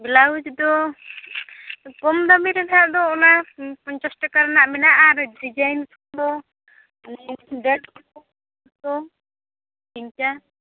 blouse ᱫᱚ ᱠᱚᱢ ᱫᱟᱢᱤ ᱨᱮᱱᱟᱜ ᱫᱚ ᱚᱱᱟ ᱯᱚᱧᱪᱟᱥ ᱴᱟᱠᱟ ᱨᱮᱱᱟᱜ ᱢᱮᱱᱟᱜᱼᱟ ᱟᱨ ᱰᱤᱡᱟᱭᱤᱱ ᱫᱚ